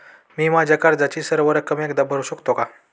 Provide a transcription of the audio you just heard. मी माझ्या कर्जाची सर्व रक्कम एकदा भरू शकतो का?